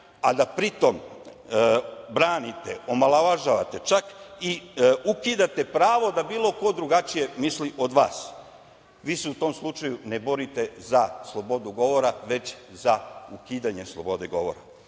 a da pritom branite, omalovažavate, čak i ukidate pravo da bilo ko drugačije misli od vas. Vi se u tom slučaju ne borite za slobodu govora, već za ukidanje slobode govora. Nemate